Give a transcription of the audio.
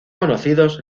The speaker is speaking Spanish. conocidos